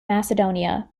macedonia